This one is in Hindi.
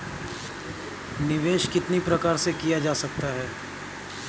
निवेश कितनी प्रकार से किया जा सकता है?